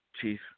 Chief